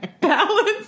Balance